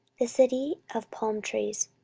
the city of palm trees,